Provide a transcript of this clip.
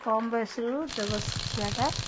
କମ୍ ବୟସରୁ ଯୋଗ ଶିଖିବାଟା